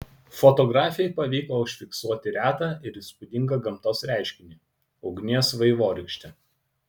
fotografei pavyko užfiksuoti retą ir įspūdingą gamtos reiškinį ugnies vaivorykštę